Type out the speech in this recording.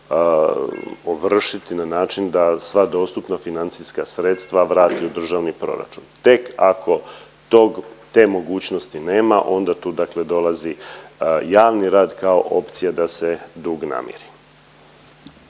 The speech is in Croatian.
ovršiti na način da sva dostupna financijska sredstva vrati u državni proračun. Tek ako te mogućnosti nema onda tu dolazi javni rad kao opcija da se dug namiri.